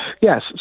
Yes